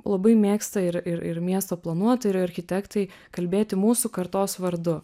labai mėgsta ir ir ir miesto planuotojai ir architektai kalbėti mūsų kartos vardu